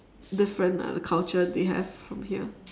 different lah the culture they have from here